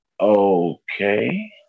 okay